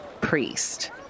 priest